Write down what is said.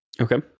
okay